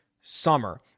summer